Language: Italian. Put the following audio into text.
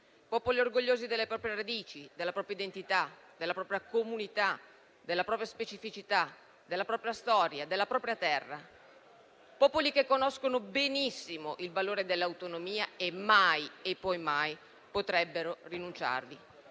popoli orgogliosi delle proprie radici, della propria identità, della propria comunità, della propria specificità, della propria storia e della propria terra; popoli che conoscono benissimo il valore dell'autonomia e mai e poi mai potrebbero rinunciarvi.